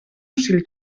ocell